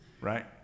right